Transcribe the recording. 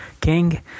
King